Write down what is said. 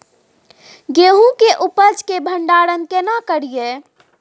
गेहूं के उपज के भंडारन केना करियै?